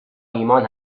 ایمان